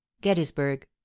gettysburg